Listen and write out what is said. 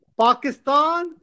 Pakistan